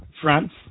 France